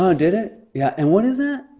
um did it? yeah? and what is that?